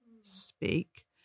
speak